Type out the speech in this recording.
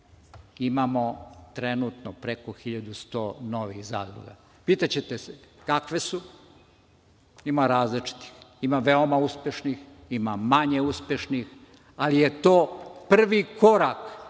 imamo trenutno preko 1.100 novih zadruga. Pitaćete se – kakve su? Ima različitih. Ima veoma uspešnih, ima manje uspešnih, ali je to prvi korak